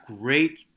great